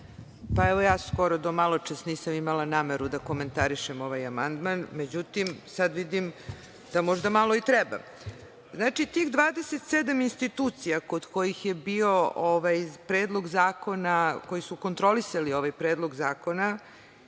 Pa, evo ja skoro do malo čas nisam imala nameru da komentarišem ovaj amandman, međutim, sada vidim da možda malo i treba. Znači, tih 27 institucija kod kojih je bio Predlog zakona koji su kontrolisali ovaj predlog zakona,